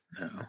No